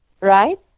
Right